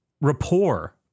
rapport